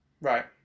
right